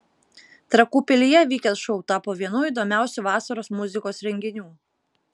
trakų pilyje vykęs šou tapo vienu įdomiausių vasaros muzikos renginių